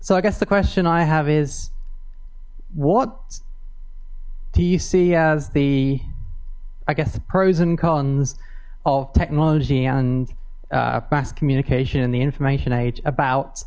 so i guess the question i have is what do you see as the i guess the pros and cons of technology and mass communication and the information age